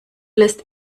lässt